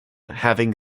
having